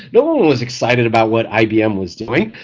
no one one was excited about what ibm was doing.